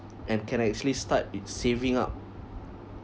and can actually start its saving up